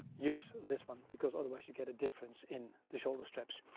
use this one because otherwise you get a difference in the shoulder straps.